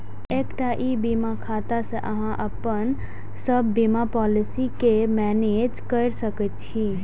एकटा ई बीमा खाता सं अहां अपन सब बीमा पॉलिसी कें मैनेज कैर सकै छी